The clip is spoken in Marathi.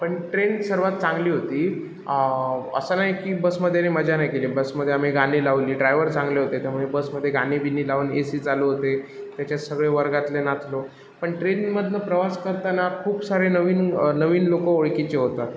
पण ट्रेन सर्वात चांगली होती असं नाही की बसमध्ये आम्ही मजा नाही केली बसमध्ये आम्ही गाणी लावली ड्रायव्हर चांगले होते त्यामुळे बसमध्ये गाणी बीणी लावून ए सी चालू होते त्याच्यात सगळे वर्गातले नाचलो पण ट्रेनमधून प्रवास करताना खूप सारे नवीन नवीन लोक ओळखीचे होतात